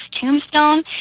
tombstone